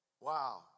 wow